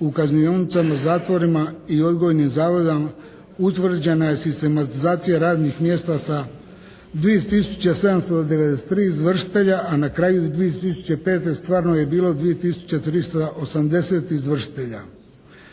u kaznionicama, zatvorima i odgojnim zavodima utvrđena je sistematizacija radnih mjesta sa 2793 izvršitelja, a na kraju 2005. stvarno je bilo 2380 izvršitelja